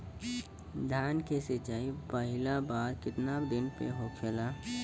धान के सिचाई पहिला बार कितना दिन पे होखेला?